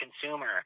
consumer